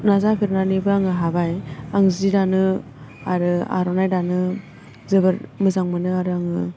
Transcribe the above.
नाजाफेरनानैबो आङो हाबाय आं जि दानो आरो आर'नाइ दानो जोबोद मोजां मोनो आरो आं